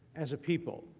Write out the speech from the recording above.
as a people.